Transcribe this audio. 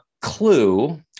clue